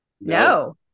No